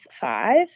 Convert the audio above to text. five